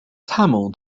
tamil